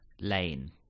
Lane